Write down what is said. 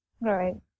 Right